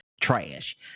trash